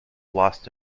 lost